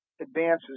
advances